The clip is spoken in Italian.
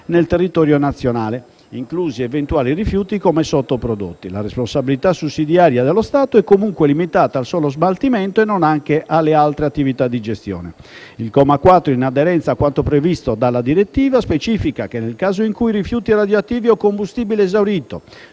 nel territorio nazionale, inclusi eventuali rifiuti come sottoprodotti. La responsabilità sussidiaria dello Stato è comunque limitata al solo smaltimento e non anche alle altre attività di gestione. Il comma 4, in aderenza a quanto previsto dalla direttiva, specifica che nel caso in cui rifiuti radioattivi o combustibile esaurito